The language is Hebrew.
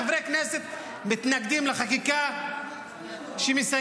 חברי הכנסת מתנגדים לחקיקה שמסייעת